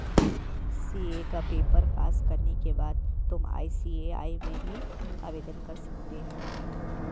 CA का paper pass करने के बाद तुम आई.सी.ए.आई में भी आवेदन कर सकते हो